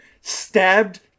stabbed